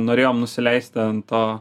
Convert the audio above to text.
norėjom nusileisti ant to